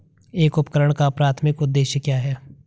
एक उपकरण का प्राथमिक उद्देश्य क्या है?